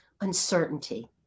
uncertainty